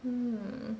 hmm